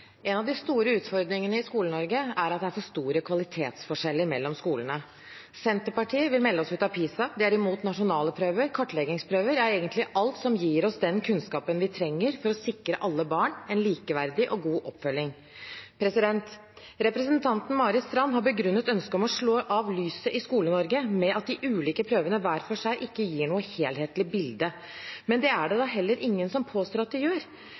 at det er for store kvalitetsforskjeller mellom skolene. Senterpartiet vil melde oss ut av PISA, de er imot nasjonale prøver, kartleggingsprøver, ja, egentlig alt som gir oss den kunnskapen vi trenger for å sikre alle barn en likeverdig og god oppfølging. Representanten Marit Knutsdatter Strand har begrunnet ønsket om å slå av lyset i Skole-Norge med at de ulike prøvene hver for seg ikke gir noe helhetlig bilde. Men det er det da heller ingen som påstår at de gjør.